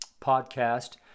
podcast